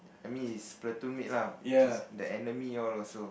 I mean his platoon mate lah his the enemy all also